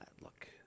Look